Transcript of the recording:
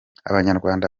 abanyarwanda